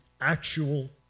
actual